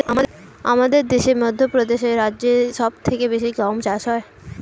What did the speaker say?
আমাদের দেশে মধ্যপ্রদেশ রাজ্যে সব থেকে বেশি গম চাষ হয়